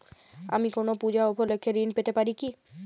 আমি কোনো পূজা উপলক্ষ্যে ঋন পেতে পারি কি?